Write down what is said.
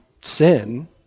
sin